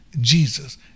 Jesus